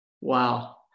Wow